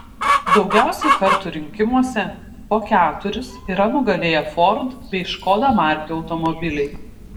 daugiausiai kartų rinkimuose po keturis yra nugalėję ford bei škoda markių automobiliai